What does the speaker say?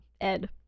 Ed